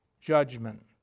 judgment